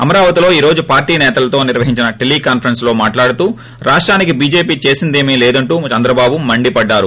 అమరావతి లో ఈ రోజు పార్లీ సేతలతో నిర్వహించిన టెలీ కాన్సరెస్స్ లో మాట్లాలాడుతూ రాష్లానికి బీజేపీ చేసిందేమీ లేదంటూ చంద్రబాబు మండిపడ్డారు